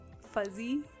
fuzzy